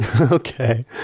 Okay